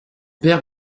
père